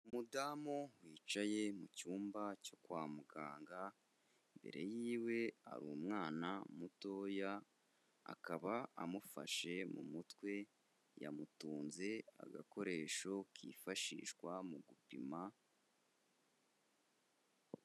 Umudamu wicaye mu cyumba cyo kwa muganga ,imbere yiwe hari umwana mutoya, akaba amufashe mu mutwe, yamutunze agakoresho kifashishwa mu gupima.